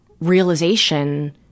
realization